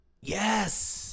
yes